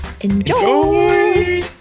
Enjoy